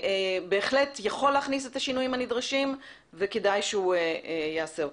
ובהחלט יכול להכניס את השינויים הנדרשים וכדאי שהוא יעשה אותם.